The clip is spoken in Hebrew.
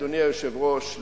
אדוני היושב-ראש,